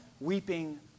weeping